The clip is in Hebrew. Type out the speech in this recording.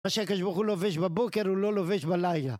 מה שהקדוש ברוך הוא לובש בבוקר הוא לא לובש בלילה.